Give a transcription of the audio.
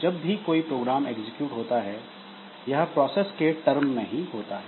जब भी कोई प्रोग्राम एग्जीक्यूट होता है यह प्रोसेस के टर्म में ही होता है